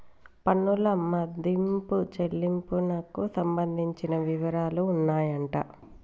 పన్నుల మదింపు చెల్లింపునకు సంబంధించిన వివరాలు ఉన్నాయంట